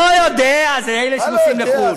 לא יודע, זה אלה שנוסעים לחו"ל.